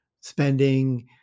Spending